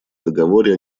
договоре